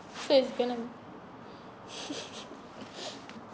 faith kno~